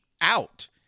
out